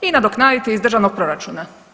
i nadoknaditi iz državnog proračuna.